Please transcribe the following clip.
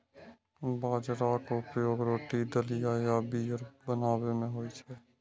बाजराक उपयोग रोटी, दलिया आ बीयर बनाबै मे होइ छै